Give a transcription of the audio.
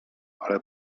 ale